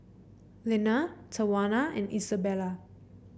Lenna Tawana and Isabela